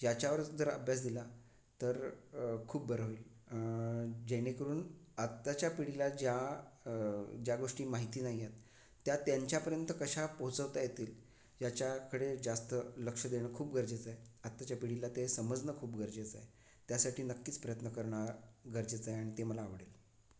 याच्यावरच जर अभ्यास दिला तर खूप बरं होईल जेणेकरून आत्ताच्या पिढीला ज्या ज्या गोष्टी माहिती नाही आहेत त्या त्यांच्यापर्यंत कशा पोचवता येतील याच्याकडे जास्त लक्ष देणं खूप गरजेचं आहे आत्ताच्या पिढीला ते समजणं खूप गरजेचं आहे त्यासाठी नक्कीच प्रयत्न करणं गरजेचं आहे आहे आणि ते मला आवडेल